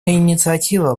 инициатива